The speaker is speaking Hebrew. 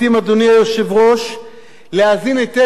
להבין היטב, גם החולקים על הדוח הזה,